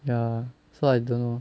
ya so I don't know